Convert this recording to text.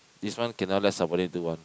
this one cannot let subordinate do one